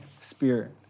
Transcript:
spirit